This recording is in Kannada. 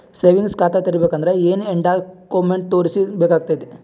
ಸೇವಿಂಗ್ಸ್ ಖಾತಾ ತೇರಿಬೇಕಂದರ ಏನ್ ಏನ್ಡಾ ಕೊಮೆಂಟ ತೋರಿಸ ಬೇಕಾತದ?